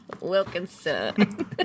Wilkinson